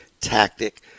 tactic